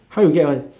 how you get one